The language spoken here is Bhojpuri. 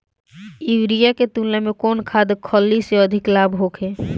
यूरिया के तुलना में कौन खाध खल्ली से अधिक लाभ होखे?